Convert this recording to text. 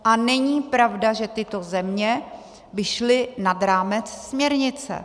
A není pravda, že tyto země by šly nad rámec směrnice.